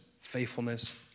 faithfulness